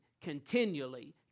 continually